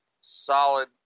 solid